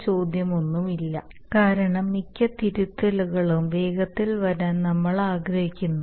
എന്നാൽ നിയന്ത്രണ ഊർജ്ജം കൂടുതലും ഫീഡിൽ നിന്ന് മുന്നോട്ട് വരുന്നു കാരണം മിക്ക തിരുത്തലുകളും വേഗത്തിൽ വരാൻ നമ്മൾ ആഗ്രഹിക്കുന്നു